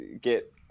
get